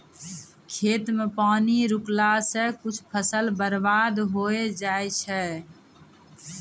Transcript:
खेत मे पानी रुकला से कुछ फसल बर्बाद होय जाय छै